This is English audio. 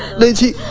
lady